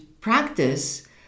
practice